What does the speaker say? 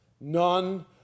none